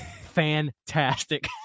fantastic